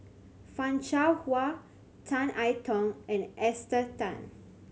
Fan Shao Hua Tan I Tong and Esther Tan